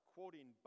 Quoting